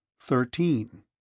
Thirteen